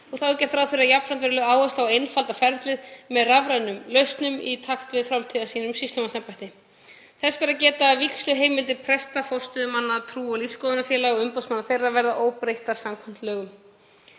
Þá er gert ráð fyrir að jafnframt verði lögð áhersla á að einfalda ferlið með rafrænum lausnum í takt við framtíðarsýn um sýslumannsembætti. Þess ber að geta að vígsluheimildir til presta, forstöðumanna trú- og lífsskoðunarfélaga og umboðsmanna þeirra verða óbreyttar samkvæmt lögunum.